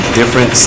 different